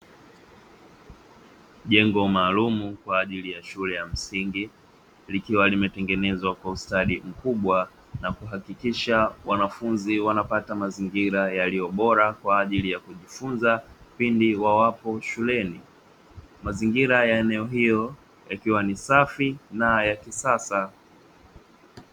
Jengo maalumu kwa ajili ya shule ya msingi likiwa limetengenezwa kwa ustadi mkubwa na kuhakikisha wanafunzi wanapata mazingira yaliyo bora kwa ajili ya kujifunza pindi wawapo shuleni, mazingira ya eneo hilo yakiwa ni safi na ya kisasa.